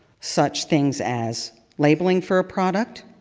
such things as labeling for a product,